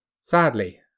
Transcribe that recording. Sadly